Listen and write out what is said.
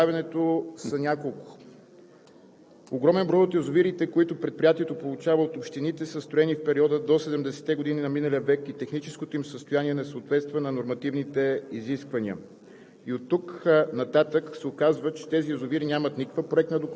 Причините за забавянето са няколко. Огромен брой от язовирите, които предприятието получава от общините, са строени в периода до 70-те години на миналия век и техническото им състояние не съответства на нормативните изисквания.